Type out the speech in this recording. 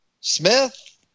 Smith